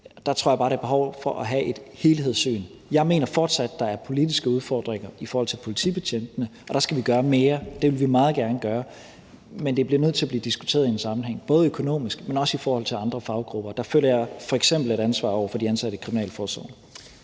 der tror jeg bare, der er behov for at have et helhedssyn. Jeg mener fortsat, der er politiske udfordringer i forhold til politibetjentene, og der skal vi gøre mere. Det vil vi meget gerne gøre. Men det bliver nødt til at blive diskuteret i en sammenhæng, både økonomisk, men også i forhold til andre faggrupper. Og der føler jeg f.eks. et ansvar over for de ansatte i kriminalforsorgen.